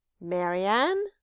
Marianne